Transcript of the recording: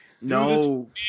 no